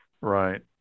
Right